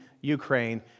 Ukraine